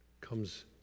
Comes